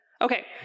Okay